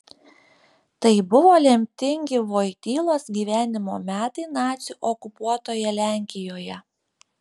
tai buvo lemtingi vojtylos gyvenimo metai nacių okupuotoje lenkijoje